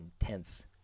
intense